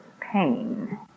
pain